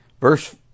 Verse